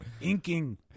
Inking